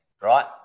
Right